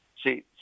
see